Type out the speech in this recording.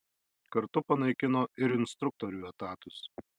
kartu panaikino ir instruktorių etatus